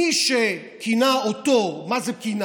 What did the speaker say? מי שכינה אותו, מה זה כינה?